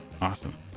awesome